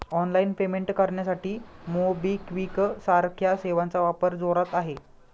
online payment करण्यासाठी MobiKwik सारख्या सेवांचा वापर जोरात आहे